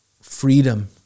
freedom